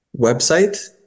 website